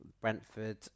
brentford